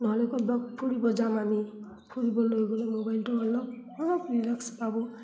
নহ'লে ক'ৰবাত ফুৰিব যাম আমি ফুৰিবলৈ গ'লে মোবাইলটো অলপ অলপ ৰিলেক্স পাব